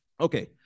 Okay